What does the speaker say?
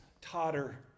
totter